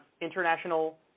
international